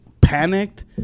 panicked